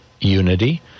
unity